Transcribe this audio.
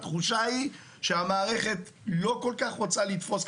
התחושה היא שהמערכת לא כל כך רוצה לתפוס,